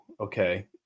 Okay